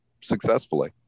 successfully